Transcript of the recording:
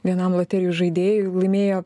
vienam loterijos žaidėjui laimėjo